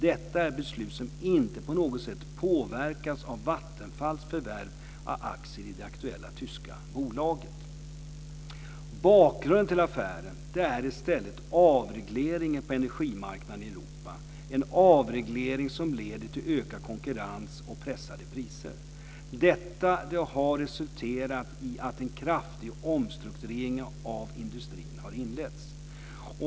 Detta är beslut som inte på något sätt påverkas av Vattenfalls förvärv av aktier i det aktuella tyska bolaget. Bakgrunden till affären är i stället avregleringen på energimarknaden i Europa, en avreglering som leder till ökad konkurrens och pressade priser. Detta har resulterat i att en kraftig omstrukturering av industrin har inletts.